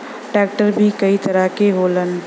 tractor भी कई तरह के होलन